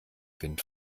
wind